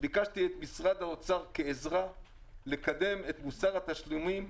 ביקשתי את משרד האוצר כעזרה לקדם את מוסר התשלומים,